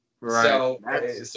Right